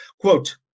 Quote